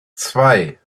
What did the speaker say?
zwei